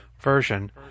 version